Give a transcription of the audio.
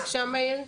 בבקשה מאיר.